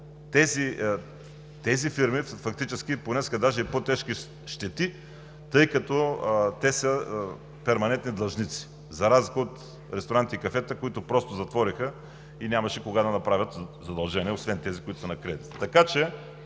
фактически понесоха даже по-тежки щети, тъй като те са перманентни длъжници. За разлика от ресторантите и кафетата, които просто затвориха и нямаше кога да направят задължения, освен тези, които са на кредит.